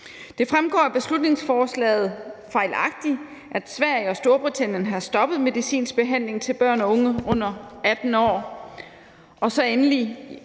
Det fremgår af beslutningsforslaget fejlagtigt, at Sverige og Storbritannien har stoppet medicinsk behandling til børn og unge under 18 år.